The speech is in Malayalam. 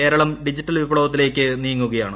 കേരളം ഡിജിറ്റൽ വിപ്ലവത്തിലേക്ക് നീങ്ങുകയാണ്